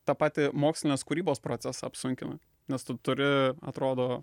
tą patį mokslinės kūrybos procesą apsunkina nes tu turi atrodo